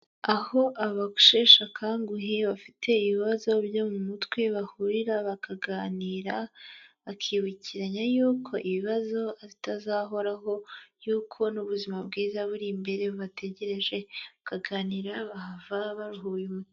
Aho abasheshe akanguhe bafite ibibazo byo mu mutwe bahurira bakaganira, bakibukiranya yuko ibibazo bitazahoraho, yuko n'ubuzima bwiza buri imbere bubategereje, bakaganira bahava baruhuye umutwe.